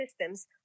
systems